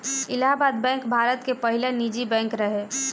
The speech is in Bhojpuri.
इलाहाबाद बैंक भारत के पहिला निजी बैंक रहे